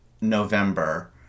november